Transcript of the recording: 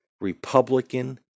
Republican